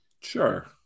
Sure